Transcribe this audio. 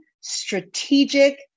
strategic